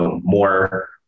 more